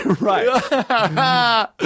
Right